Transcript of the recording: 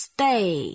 Stay